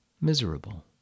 miserable